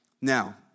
Now